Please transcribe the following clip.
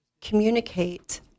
communicate